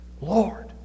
Lord